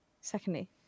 secondly